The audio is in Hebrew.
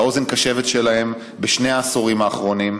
אתה אוזן קשבת שלהם בשני העשורים האחרונים.